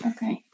Okay